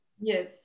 Yes